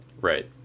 right